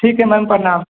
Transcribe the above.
ठीक है मैम प्रणाम